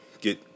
get